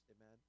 Amen